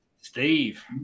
Steve